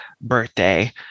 birthday